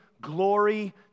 glory